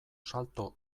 salto